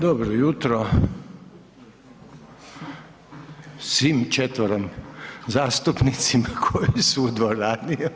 Dobro jutro svim četvero zastupnicima koji su u dvorani